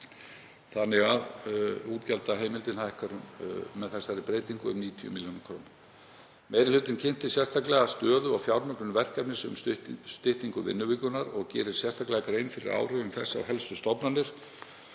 nefndarinnar. Útgjaldaheimildin hækkar með þessari breytingu um 90 millj. kr. Meiri hlutinn kynnti sér sérstaklega stöðu og fjármögnun verkefnis um styttingu vinnuvikunnar og gerir sérstaklega grein fyrir áhrifum þess á helstu stofnanir.